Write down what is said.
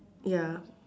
ya